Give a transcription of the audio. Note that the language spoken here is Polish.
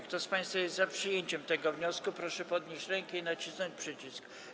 Kto z państwa jest za przyjęciem tego wniosku, proszę podnieść rękę i nacisnąć przycisk.